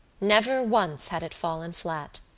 never once had it fallen flat.